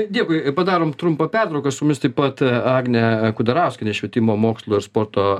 dėkui padarom trumpą pertrauką su mumis taip pat agnė kudarauskienė švietimo mokslo ir sporto